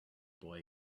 boy